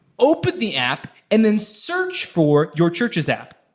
open the app and then search for your church's app.